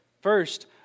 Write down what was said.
First